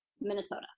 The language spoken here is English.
Minnesota